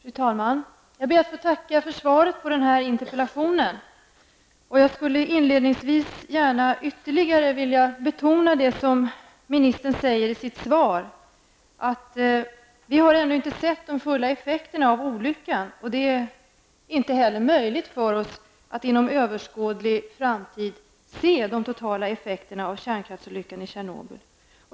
Fru talman! Jag ber att få tacka för svaret på min interpellation. Jag vill inledningsvis ytterligare betona det som ministern sade i sitt svar, nämligen att vi inte har sett de fulla effekterna av olyckan i Tjernobyl. Det är inte heller möjligt för oss att inom överskådlig framtid se de totala effekterna.